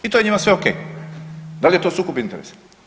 I to je njima sve o.k. Da li je to sukob interesa?